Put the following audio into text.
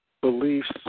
beliefs